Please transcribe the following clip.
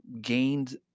gained